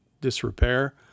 disrepair